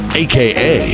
aka